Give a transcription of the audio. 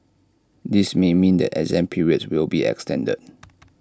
this may mean that exam periods will be extended